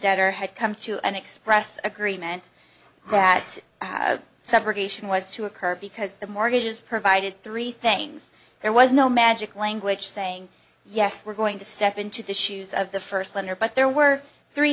debtor had come to an express agreement that subrogation was to occur because the mortgages provided three things there was no magic language saying yes we're going to step into the shoes of the first lender but there were three